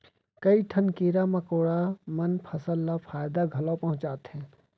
कई ठन कीरा मकोड़ा मन फसल ल फायदा घलौ पहुँचाथें